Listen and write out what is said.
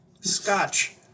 Scotch